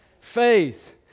Faith